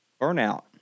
burnout